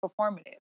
performative